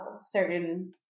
certain